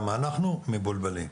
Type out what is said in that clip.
כי אנחנו מבולבלים.